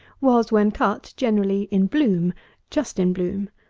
was, when cut, generally in bloom just in bloom.